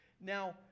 Now